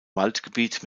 waldgebiet